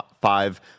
Five